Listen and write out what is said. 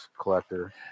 collector